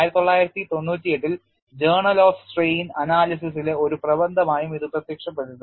1998 ൽ journal of strain അനാലിസിസിലെ ഒരു പ്രബന്ധമായും ഇത് പ്രത്യക്ഷപ്പെട്ടിട്ടുണ്ട്